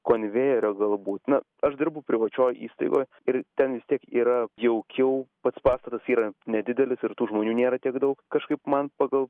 konvejerio galbūt na aš dirbu privačioj įstaigoj ir ten vis tiek yra jaukiau pats pastatas yra nedidelis ir tų žmonių nėra tiek daug kažkaip man pagal